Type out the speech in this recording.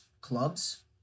clubs